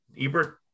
ebert